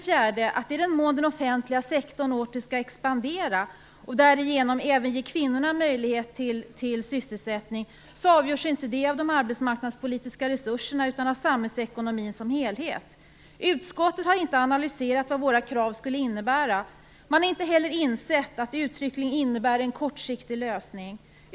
4. I den mån den offentliga sektorn åter skall expandera och därigenom även ge kvinnorna möjlighet till sysselsättning avgörs inte det av de arbetsmarknadspolitiska resurserna utan av samhällsekonomin som helhet. Utskottet har inte analyserat vad våra krav skulle innebära. Man har inte heller insett att de uttryckligen innebär en kortsiktig lösning.